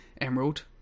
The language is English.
emerald